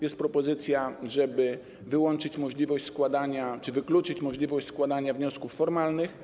Jest propozycja, żeby wyłączyć możliwość składania czy wykluczyć możliwość składania wniosków formalnych.